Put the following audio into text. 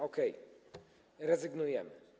Okej, rezygnujemy.